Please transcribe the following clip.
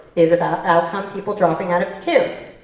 is a bad outcome, people dropping out of queue?